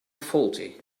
faulty